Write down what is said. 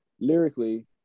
lyrically